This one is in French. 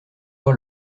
voir